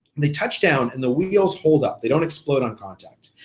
they touch down, and the wheels hold up, they don't explode on contact.